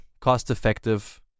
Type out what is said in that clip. cost-effective